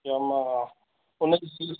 याम्हा उन जी सीट्स